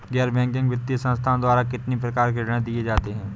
गैर बैंकिंग वित्तीय संस्थाओं द्वारा कितनी प्रकार के ऋण दिए जाते हैं?